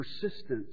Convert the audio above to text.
persistence